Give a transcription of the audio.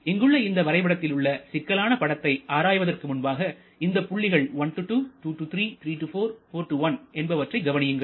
இங்கு உள்ள இந்த வரைபடத்தில் உள்ள சிக்கலான படத்தை ஆராய்வதற்கு முன்பாக இந்த புள்ளிகள் 1 2 3 4 1 என்பவற்றை கவனியுங்கள்